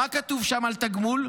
מה כתוב שם על תגמול?